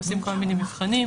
עושים כל מיני מבחנים,